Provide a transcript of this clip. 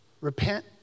Repent